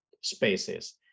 spaces